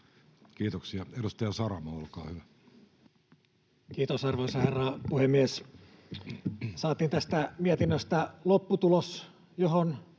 Kiitoksia. — Edustaja Saramo, olkaa hyvä. Kiitos, arvoisa herra puhemies! Saatiin tästä mietinnöstä lopputulos, johon